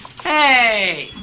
Hey